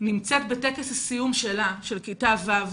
נמצאת בטקס הסיום שלה, של כיתה ו',